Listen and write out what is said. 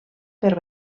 per